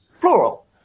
plural